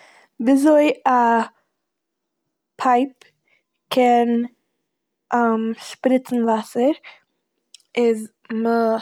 וויזוי א פייפ קען שפריצן וואסער איז מ'-